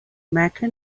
mecca